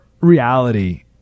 reality